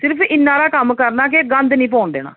सिर्फ इन्ना हारा कम्म करना कि गंद नी पौन देना